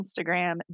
Instagram